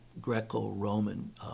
Greco-Roman